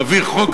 נעביר חוק,